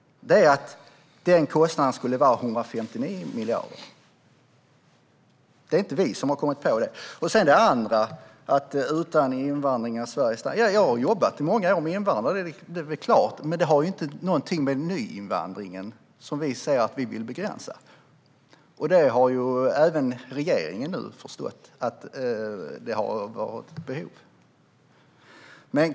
Det är att kostnaden skulle vara 159 miljoner. Det är inte vi som har kommit på det. Vad gäller det andra, att utan invandring stannar Sverige: Ja, jag har jobbat med invandrare i många år. Det är väl klart. Men det har inget att göra med nyinvandringen, som vi vill begränsa. Det har nu även regeringen förstått att vi har behov av.